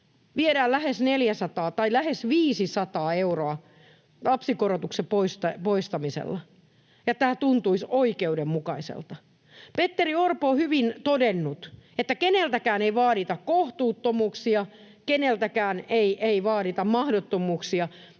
400 tai lähes 500 euroa lapsikorotuksen poistamisella, ja tämä tuntuisi oikeudenmukaiselta. Petteri Orpo on hyvin todennut, että keneltäkään ei vaadita kohtuuttomuuksia ja keneltäkään ei vaadita mahdottomuuksia.